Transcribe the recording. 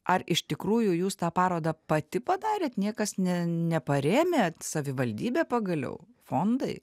ar iš tikrųjų jūs tą parodą pati padarėt niekas ne neparėmė savivaldybė pagaliau fondai